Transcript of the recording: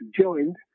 joined